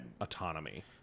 autonomy